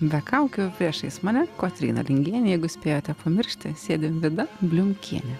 be kaukių priešais mane kotryna lingienė jeigu spėjote pamiršti sėdim vida bliumkienė